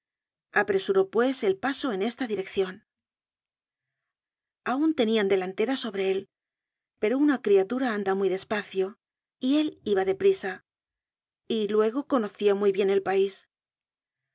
apresuró pues el paso en esta direccion aun tenían delantera sobre él pero una criatura anda muy despacio y él iba de prisa y luego conocia muy bien el pais de